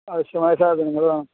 ആവശ്യമായ സാധനങ്ങള് വേണം